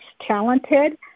talented